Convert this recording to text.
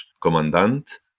commandant